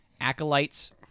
acolytes